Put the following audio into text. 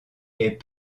est